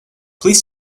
please